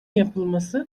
yapılması